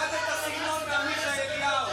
תלמד את הסגנון מעמיחי אליהו,